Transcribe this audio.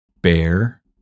bear